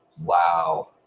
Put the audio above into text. Wow